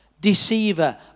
deceiver